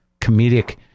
comedic